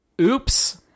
oops